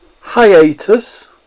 hiatus